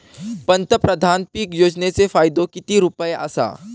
पंतप्रधान पीक योजनेचो फायदो किती रुपये आसा?